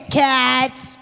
cats